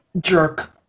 jerk